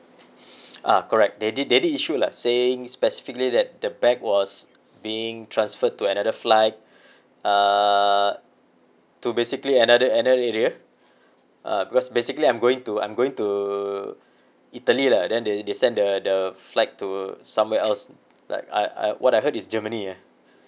ah correct they did they did issue lah saying specifically that the bag was being transferred to another flight uh to basically another another area uh because basically I'm going to I'm going to italy lah then they they send the the flight to somewhere else like I I what I heard is germany ah